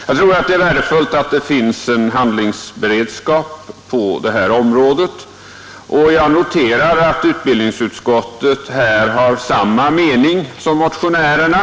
Jag tror att det är värdefullt att det finns en handlingsberedskap på det här området, och jag noterar att utbildningsutskottet här har samma mening som motionärerna.